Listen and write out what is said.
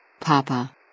Papa